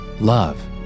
Love